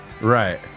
right